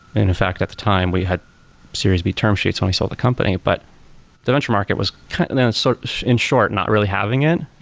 in in fact at the time, we had series b term sheets when we sold the company, but the venture market was kind of and sort of in short, not really having it.